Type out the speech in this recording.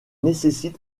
nécessite